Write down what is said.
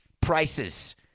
prices